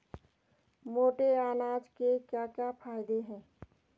मोटे अनाज के क्या क्या फायदे हैं?